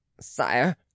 Sire